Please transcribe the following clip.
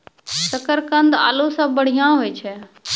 शकरकंद आलू सें बढ़िया होय छै